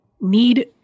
need